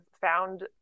found